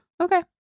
Okay